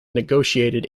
negotiated